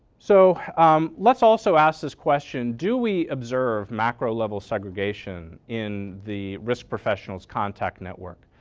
so let's also ask this question. do we observe macro level segregation in the risk professional's contact network?